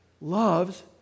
loves